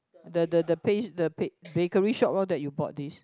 the the the pas~ the bakery shop loh that you bought this